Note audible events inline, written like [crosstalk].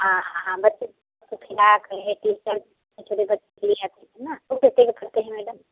हाँ हाँ हाँ बच्चों [unintelligible] के खिला के [unintelligible] मैडम